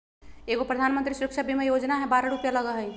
एगो प्रधानमंत्री सुरक्षा बीमा योजना है बारह रु लगहई?